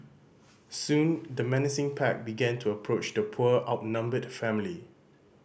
soon the menacing pack began to approach the poor outnumbered family